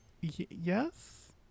Yes